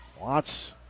Watts